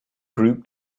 group